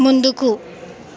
ముందుకు